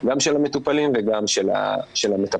גם של המטופלים וגם של המטפלות.